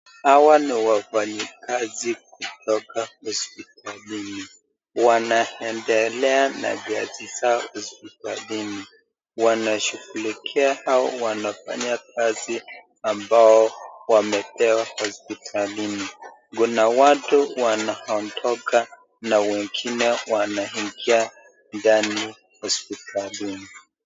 Hawa ni wafanyikazi kutoka hospitalini, wanaendelea na kazi zao kazini. wanashugulikia au wanafanya kazi ambao wamepewa hospitalini. Kuna watu wanaondoka na wengine wanaingia ndani hospitalini.